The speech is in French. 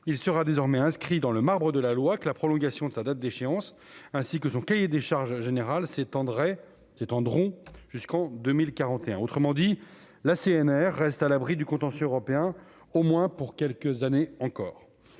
il sera désormais inscrit dans le marbre de la loi que la prolongation de sa date d'échéance, ainsi que son cahier des charges générales s'étendrait s'étendront jusqu'en 2041, autrement dit la CNR reste à l'abri du contentieux européen au moins pour quelques années encore,